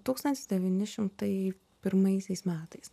tūkstantis devyni šimtai pirmaisiais metais